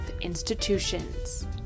institutions